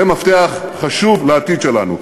זה מפתח חשוב לעתיד שלנו.